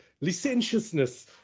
licentiousness